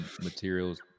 materials